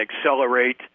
accelerate